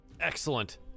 Excellent